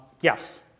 Yes